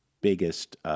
biggest